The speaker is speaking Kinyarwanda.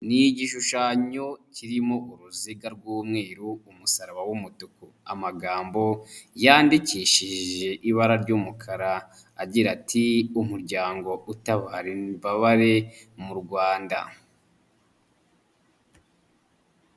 Ni igishushanyo kirimo uruziga rw'umweru umusaraba w'umutuku amagambo yandikishije ibara ry'umukara agira ati "Umuryango utara imbabare mu Rwanda".